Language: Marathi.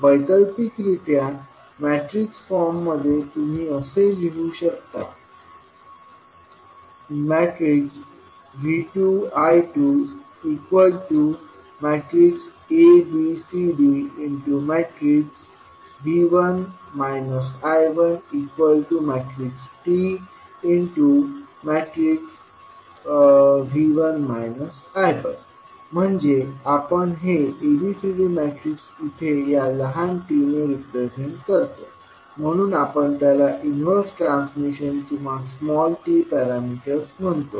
वैकल्पिकरित्या मॅट्रिक्स फॉर्ममध्ये तुम्ही हे असे लिहू शकता V2 I2 a b c d V1 I1 tV1 I1 म्हणजे आपण हे abcd मॅट्रिक्स इथे या लहान t ने रिप्रेझेंट करतो म्हणून आपण त्याला इन्वर्स ट्रान्समिशन किंवा स्मॉल t पॅरामीटर्स म्हणतो